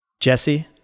Jesse